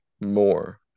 more